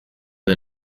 den